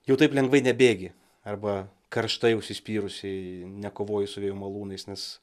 jau taip lengvai nebėgi arba karštai užsispyrusiai nekovoji su vėjo malūnais nes